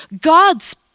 God's